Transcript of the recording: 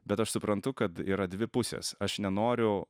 bet aš suprantu kad yra dvi pusės aš nenoriu